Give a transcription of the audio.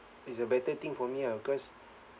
it's a better thing for me ah because